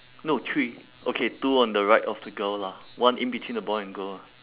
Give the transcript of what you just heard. no three okay two on the right of the girl lah one in between the boy and girl ah